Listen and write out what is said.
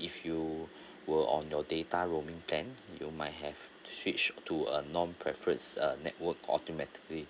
if you were on your data roaming plan you might have switched to a non-preferences uh network automatically